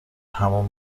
همان